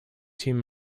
team